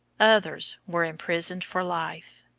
others were imprisoned for life.